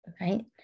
right